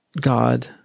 God